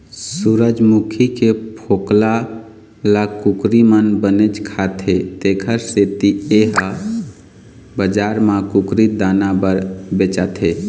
सूरजमूखी के फोकला ल कुकरी मन बनेच खाथे तेखर सेती ए ह बजार म कुकरी दाना बर बेचाथे